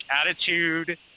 attitude